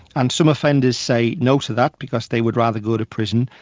and some offenders say no to that, because they would rather go to prison,